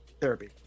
therapy